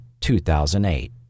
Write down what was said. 2008